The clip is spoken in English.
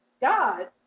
God